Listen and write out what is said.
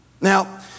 Now